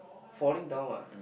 falling down ah